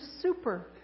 super